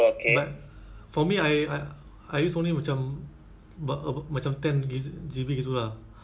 but for me I I use only macam ab~ about ten G_B gitu lah